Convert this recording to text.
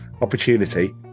opportunity